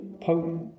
potent